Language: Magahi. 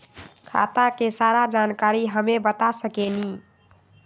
खाता के सारा जानकारी हमे बता सकेनी?